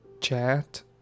chat